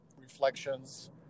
reflections